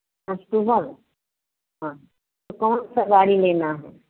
customer हाँ तो कौनसा गाड़ी लेना है